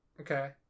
Okay